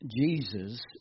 Jesus